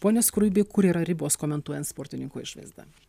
pone skruibi kur yra ribos komentuojant sportininkų išvaizdą